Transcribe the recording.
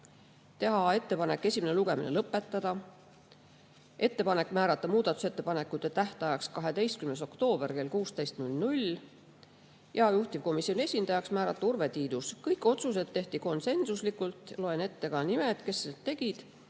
teha ettepanek esimene lugemine lõpetada, määrata muudatusettepanekute tähtajaks 12. oktoober kell 16 ja juhtivkomisjoni esindajaks määrata Urve Tiidus. Kõik otsused tehti konsensuslikult. Loen ette ka nimed, kes need tegid: